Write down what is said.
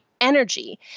energy